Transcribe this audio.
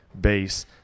base